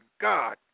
God